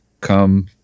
come